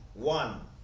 One